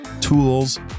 tools